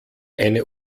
eine